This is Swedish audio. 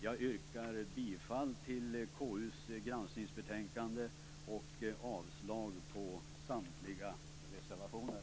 Jag yrkar på godkännande av utskottets anmälan och avslag på samtliga reservationer.